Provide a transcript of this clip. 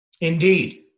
Indeed